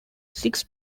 six